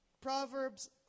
Proverbs